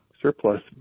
surplus